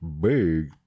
big